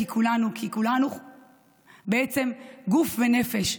כי כולנו בעצם גוף ונפש,